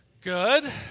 Good